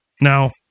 Now